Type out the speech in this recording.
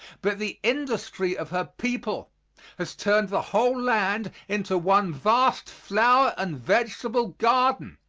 but the industry of her people has turned the whole land into one vast flower and vegetable garden.